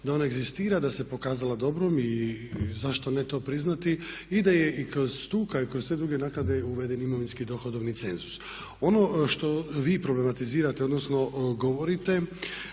da ona egzistira, da se pokazala dobrom i zašto ne to priznati. I da je i kroz tu kao i kroz druge naknade uveden imovinski dohodovni cenzus. Ono što vi problematizirate odnosno govorite